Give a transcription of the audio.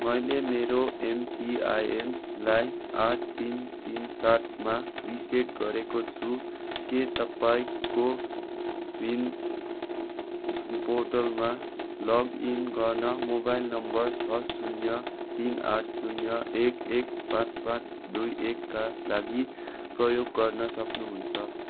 मैले मेरो एमपिआइएनलाई आठ तिन तिन सातमा रिसेट गरेको छु के तपाईँको पिन पोर्टलमा लगइन गर्न मोबाइल नम्बर छ शून्य तिन आठ शून्य एक एक पाँच पाँच दुई एकका लागि प्रयोग गर्न सक्नुहुन्छ